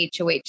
HOH